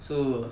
so